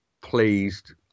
pleased